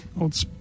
old